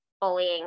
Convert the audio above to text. bullying